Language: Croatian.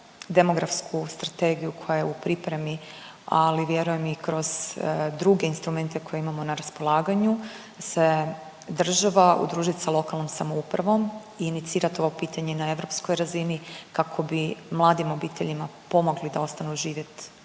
demografsku strategiju koja je u pripremi ali vjerujem i kroz druge instrumente koje imamo na raspolaganju se država udružiti sa lokalnom samoupravom i inicirat ovo pitanje na europskoj razini kako bi mladim obiteljima pomogli da ostanu živjet